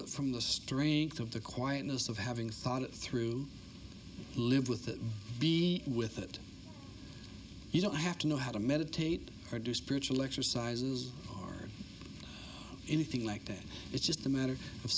it from the strength of the quietness of having thought it through live with it be with it you don't have to know how to meditate or do spiritual exercises are anything like that it's just a matter of